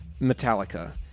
Metallica